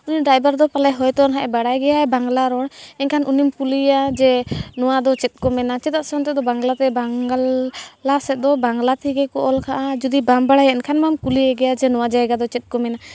ᱩᱱᱤ ᱰᱟᱭᱵᱷᱟᱨ ᱫᱚ ᱯᱟᱞᱮᱱ ᱦᱳᱭ ᱛᱳ ᱦᱟᱸᱜ ᱮ ᱵᱟᱲᱟᱭ ᱜᱮᱭᱟ ᱵᱟᱝᱞᱟ ᱨᱚᱲ ᱮᱱᱠᱷᱟᱱ ᱩᱱᱤᱢ ᱠᱩᱞᱤᱭᱮᱭᱟ ᱡᱮ ᱱᱚᱣᱟ ᱫᱚ ᱪᱮᱫ ᱠᱚ ᱢᱮᱱᱟ ᱪᱮᱫᱟᱜ ᱥᱮ ᱚᱱᱛᱮ ᱫᱚ ᱵᱟᱝᱞᱟ ᱛᱮ ᱵᱟᱝᱜᱟᱞ ᱵᱟᱝᱞᱟ ᱥᱮᱫ ᱫᱚ ᱵᱟᱝᱞᱟ ᱛᱮᱜᱮ ᱚᱞ ᱠᱟᱜᱼᱟ ᱡᱩᱫᱤ ᱵᱟᱢ ᱵᱟᱲᱟᱭᱟ ᱮᱱᱠᱷᱟᱱ ᱫᱚᱢ ᱠᱩᱞᱤᱭᱮ ᱜᱮᱭᱟ ᱡᱮ ᱱᱚᱣᱟ ᱡᱟᱭᱜᱟ ᱫᱚ ᱪᱮᱫ ᱠᱚ ᱢᱮᱱᱟ